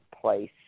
place